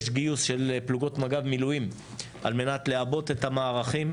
יש גיוס של פלוגות מג"ב מילואים על מנת לעבות את המערכים,